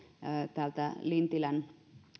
lintilän